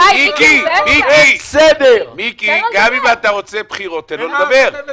מיקי, גם אם אתה רוצה בחירות, תן לו לדבר.